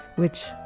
which,